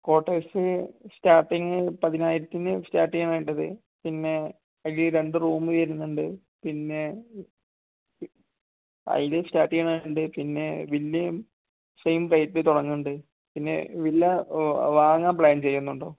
quarters starting പതിനായിരത്തിന് start ചെയ്യണത് ഉണ്ട് അത് പിന്നെ അതിൽ രണ്ട് റൂമ് വരുന്നുണ്ട് പിന്നെ അതിൽ സ്റ്റാർട്ട് ചെയ്യണത് ഉണ്ട് പിന്നെ വലിയ സെയിം റേറ്റ് തുടങ്ങണത് ഉണ്ട് പിന്നെ വില്ല വാങ്ങാൻ പ്ലാൻ ചെയ്യുന്നുണ്ടോ